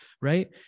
right